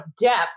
depth